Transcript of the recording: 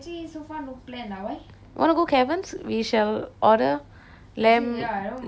want to go caverns we shall order lamb lamb satti soru sorru